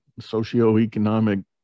socioeconomic